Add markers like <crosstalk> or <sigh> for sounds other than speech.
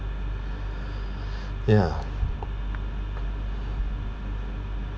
<breath> ya <breath>